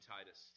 Titus